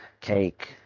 cake